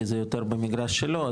כי זה יותר במגרש שלו,